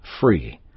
free